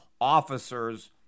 officers